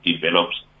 develops